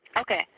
Okay